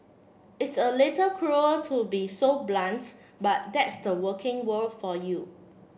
it's a little cruel to be so blunt but that's the working world for you